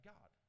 God